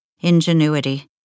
ingenuity